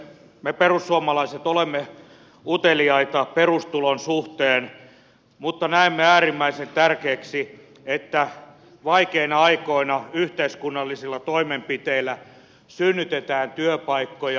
me perussuomalaiset olemme uteliaita perustulon suhteen mutta näemme äärimmäisen tärkeäksi että vaikeina aikoina yhteiskunnallisilla toimenpiteillä synnytetään työpaikkoja